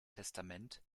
testament